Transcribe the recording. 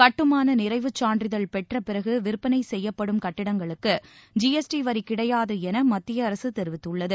கட்டுமானநிறைவுச் சான்றிதழ் பெற்றபிறகுவிற்பனைசெய்யப்படும் கட்டடங்களுக்கு ஜிஎஸ்டி வரிகிடையாதுஎனமத்தியஅரசுதெரிவித்துள்ளது